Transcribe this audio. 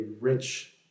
rich